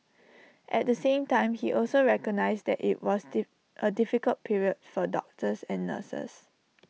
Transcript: at the same time he also recognised that IT was diff A difficult period for doctors and nurses